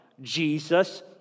Jesus